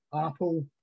Apple